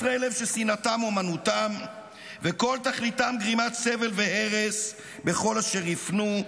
חסרי לב ששנאתם אומנותם וכל תכליתם גרימת סבל והרס בכל אשר יפנו,